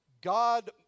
God